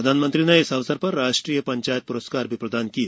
प्रधान मंत्री ने इस अवसर पर राष्ट्रीय पंचायत प्रस्कार भी प्रदान किए